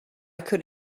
could